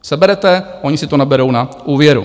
Seberete, oni si to naberou na úvěru.